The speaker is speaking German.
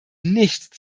nicht